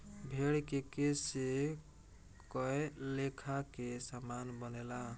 भेड़ के केश से कए लेखा के सामान बनेला